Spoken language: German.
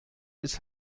ist